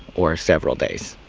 or several days!